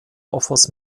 offers